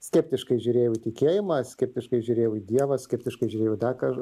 skeptiškai žiūrėjau į tikėjimą skeptiškai žiūrėjau į dievą skeptiškai žiūrėjau į tą ką